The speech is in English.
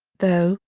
though,